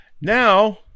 Now